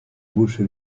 bouche